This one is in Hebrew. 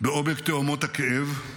בעומק תהומות הכאב,